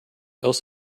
else